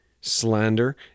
slander